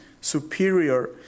superior